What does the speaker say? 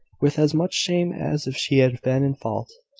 with as much shame as if she had been in fault,